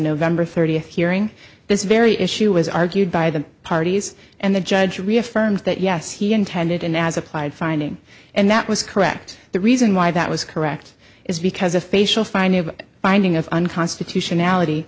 november thirtieth hearing this very issue was argued by the parties and the judge reaffirmed that yes he intended in as applied finding and that was correct the reason why that was correct is because a facial finding of binding of unconstitutional